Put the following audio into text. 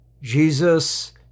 Jesus